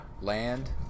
land